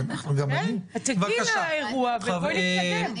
בואו נתקדם.